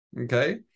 okay